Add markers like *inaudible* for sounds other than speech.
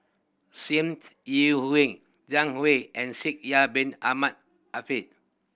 *unintelligible* Yi Hui Zhang Hui and Shaikh Yahya Bin Ahmed *unintelligible*